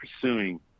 pursuing